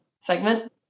segment